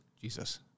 Jesus